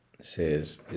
says